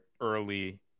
early